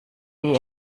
die